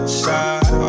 side